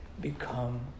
become